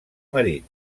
marín